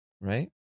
right